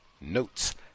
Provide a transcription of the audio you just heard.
notes